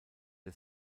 der